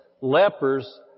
lepers